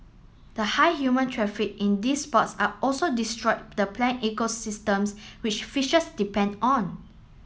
the high human traffic in these spots are also destroyed the plant ecosystems which fishes depend on